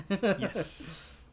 Yes